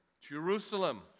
Jerusalem